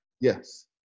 Yes